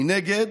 מנגד,